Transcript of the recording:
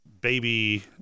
baby